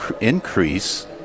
increase